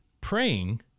praying